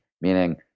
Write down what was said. Meaning